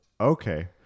Okay